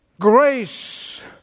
Grace